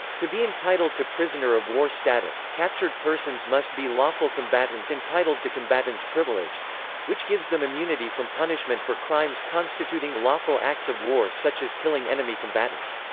to be entitled to prisoner-of-war status, captured persons must be lawful combatants entitled to combatant's privilege which gives them immunity from punishment for crimes constituting lawful acts of war such as killing enemy combatants.